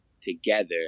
together